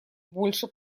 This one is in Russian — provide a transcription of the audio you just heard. больше